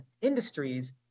industries